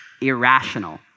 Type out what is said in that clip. irrational